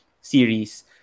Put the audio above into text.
series